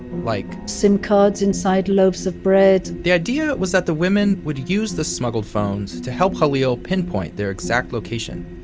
like, sim cards inside loaves of bread the idea was that the women would use the smuggled phones to help ah khalil pinpoint their exact location.